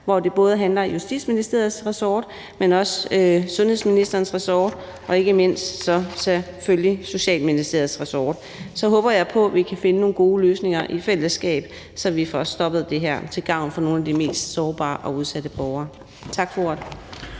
hvor det både handler om Justitsministeriets ressort, men også Sundhedsministeriets ressort og selvfølgelig ikke mindst Social- og Ældreministeriets ressort. Så jeg håber på, at vi kan finde nogle gode løsninger i fællesskab, så vi får stoppet det her til gavn for nogle af de mest sårbare og udsatte borgere. Tak for ordet.